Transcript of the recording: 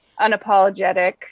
unapologetic